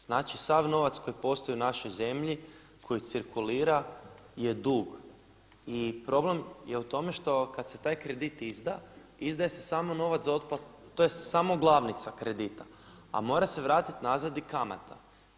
Znači, sav novac koji postoji u našoj zemlji koji cirkulira je dug i problem je u tome što kad se taj kredit izda, izdaje se samo novac za otplatu, to je samo glavnica kredita, a mora se vratit nazad i kamata.